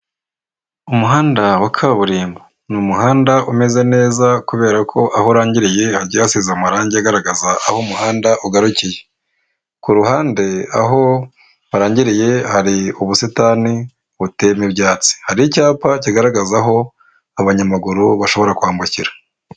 Umuhanda wa kaburimbo ni umuhanda umeze neza kubera ko aho urangiriye agiye hasize amarangi agaragaza aho umuhanda ugarukiye, ku ruhande aho harangiriye hari ubusitani buteyemo ibyatsi hari icyapa kigaragaza aho abanyamaguru bashobora kwambukira.